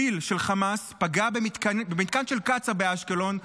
טיל של חמאס פגע במתקן של קצא"א באשקלון,